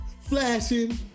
flashing